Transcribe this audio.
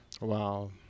Wow